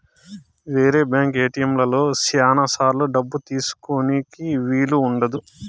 వేరే బ్యాంక్ ఏటిఎంలలో శ్యానా సార్లు డబ్బు తీసుకోనీకి వీలు ఉండదు